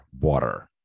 water